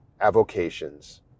avocations